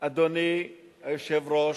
אדוני היושב-ראש,